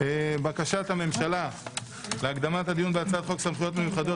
- בקשת הממשלה להקדמת הדיון בהצעת חוק סמכויות מיוחדות